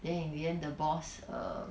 then in the end the boss err